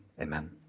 Amen